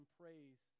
praise